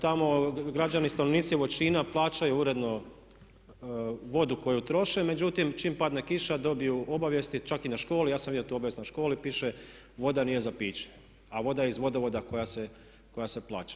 Tamo građani i stanovnici Voćina plaćaju uredno vodu koju troše, međutim čim padne kiša dobiju obavijesti čak i na školi, ja sam vidio tu obavijest na školi, piše voda nije za piće, a voda je iz vodovoda koja se plaća.